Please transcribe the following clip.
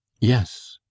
yes